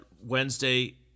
Wednesday